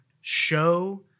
show